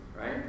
right